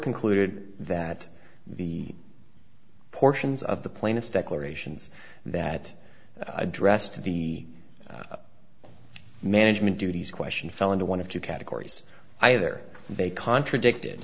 concluded that the portions of the plaintiff's declarations that address to the management duties question fell into one of two categories either they contradicted